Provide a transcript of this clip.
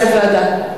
איזה ועדה?